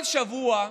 כל שבוע,